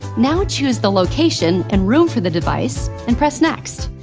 now, choose the location and room for the device and press next.